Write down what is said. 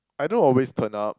I don't always turn up